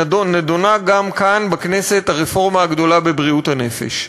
נדונה גם כאן בכנסת הרפורמה הגדולה בבריאות הנפש,